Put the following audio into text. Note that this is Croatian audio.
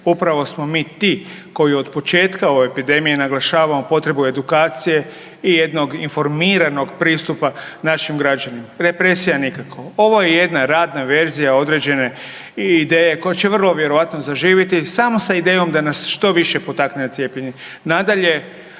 Upravo smo mi ti koji od početka ove epidemije naglašavamo potrebu edukacije i jednog informiranog pristupa našim građanima, represija nikako. Ovo je jedna radna verzija određene i ideje koja će vrlo vjerojatno zaživiti samo sa idejom da nas što više potakne na cijepljenje. Nadalje,